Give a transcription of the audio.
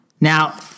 Now